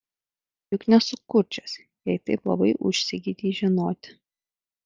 juk nesu kurčias jei taip labai užsigeidei žinoti